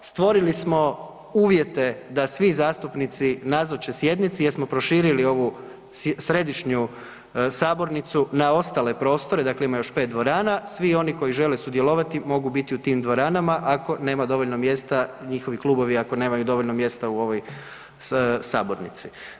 Stvorili smo uvjete da svi zastupnici nazoče sjednici jer smo proširili ovu središnju sabornicu na ostale prostore, dakle ima još 5 dvorana, svi oni koji žele sudjelovati mogu biti u tim dvoranama, ako nema dovoljno mjesta, njihovi klubovi ako nemaju dovoljno mjesta u ovoj sabornici.